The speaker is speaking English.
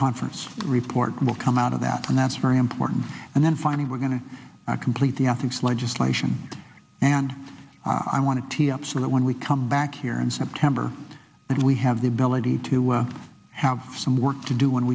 conference report will come out of that and that's very important and then finally we're going to complete the ethics legislation and i want to tear up so that when we come back here in september and we have the ability to have some work to do when